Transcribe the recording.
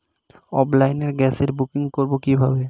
অফলাইনে গ্যাসের বুকিং করব কিভাবে?